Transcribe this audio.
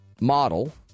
model